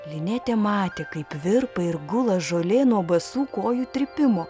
linetė matė kaip virpa ir gula žolė nuo basų kojų trypimo